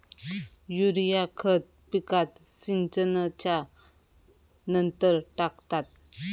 urea खत पिकात सिंचनच्या नंतर टाकतात